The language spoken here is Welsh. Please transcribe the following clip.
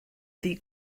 ddi